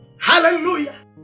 Hallelujah